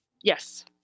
Yes